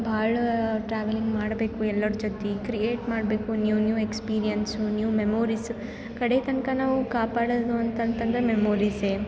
ಭಾಳ ಟ್ರಾವೆಲಿಂಗ್ ಮಾಡಬೇಕು ಎಲ್ಲರ ಜೊತೆಗ್ ಕ್ರಿಯೇಟ್ ಮಾಡಬೇಕು new new experience new memories ಕಡೇತನಕ ನಾವು ಕಾಪಾಡೊದು ಅಂತಂತಂದರೆ ಮೆಮೋರೀಸೇ